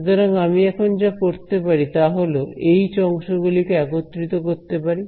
সুতরাং আমি এখন যা করতে পারি তা হল এইচ অংশগুলিকে একত্রিত করতে পারি